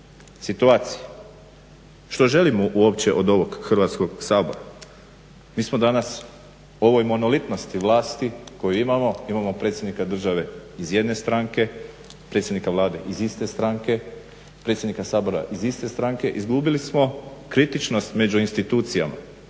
situacije? Što želimo uopće od ovog Hrvatskog sabora. Mi smo danas u ovoj monolitnosti vlasti koju imamo, imamo predsjednika države iz jedne stranke, predsjednika Vlade iz iste stranke, predsjednika Sabora iz iste stranke. Izgubili smo kritičnost među institucijama,